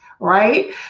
right